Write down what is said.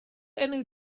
enw